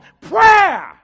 Prayer